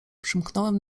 przymknąłem